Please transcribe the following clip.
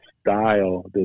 style